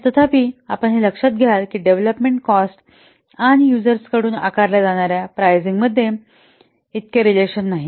तर तथापि आपण हे लक्षात घ्याल की डेव्हलोपमेंट कॉस्ट आणि युजरांकडून आकारल्या जाणाऱ्या प्रायसिंग मध्ये इतके रेलेशन नाही